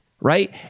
right